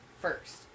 first